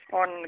on